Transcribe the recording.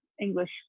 English